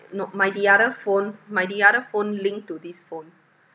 not my the other phone my the other phone linked to this phone